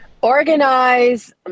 Organize